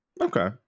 Okay